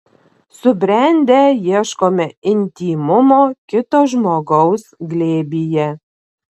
subrendę ieškome intymumo kito žmogaus glėbyje